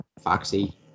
Foxy